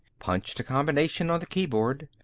punched a combination on the keyboard.